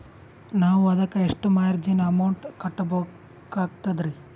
ನಾವು ಅದಕ್ಕ ಎಷ್ಟ ಮಾರ್ಜಿನ ಅಮೌಂಟ್ ಕಟ್ಟಬಕಾಗ್ತದ್ರಿ?